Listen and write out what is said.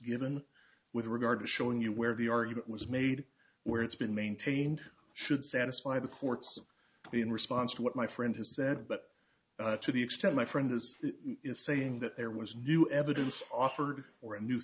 given with regard to showing you where the argument was made where it's been maintained should satisfy the courts in response to what my friend has said but to the extent my friend is saying that there was new evidence offered or a new